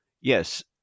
yes